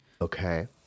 Okay